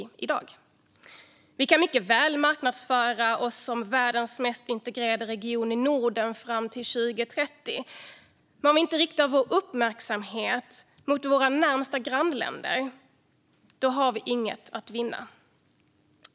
Vi i Norden kan mycket väl marknadsföra oss som världens mest integrerade region fram till 2030, men om vi inte riktar vår uppmärksamhet mot våra närmaste grannländer har vi inget att vinna.